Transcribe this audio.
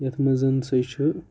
یَتھ مَنٛز سُے چھُ